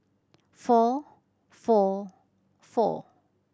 four four four